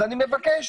אני מבקש